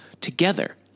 together